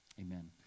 amen